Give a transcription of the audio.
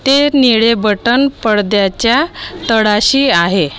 ते निळे बटन पडद्याच्या तळाशी आहे